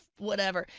whatever.